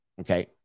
okay